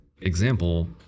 example